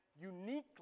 uniquely